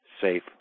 safe